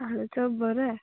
ଆଳୁଚପ ବରା